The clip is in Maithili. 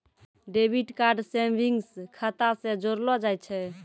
डेबिट कार्ड सेविंग्स खाता से जोड़लो जाय छै